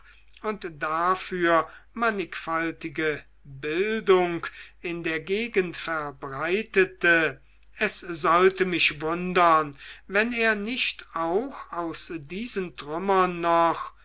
und dafür mannigfaltige bildung in der gegend verbreitete es sollte mich wundern wenn er nicht auch aus diesen trümmern noch